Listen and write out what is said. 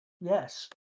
Yes